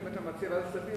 אם אתה מציע ועדת הכספים,